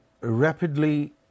rapidly